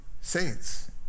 saints